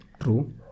True